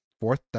fourth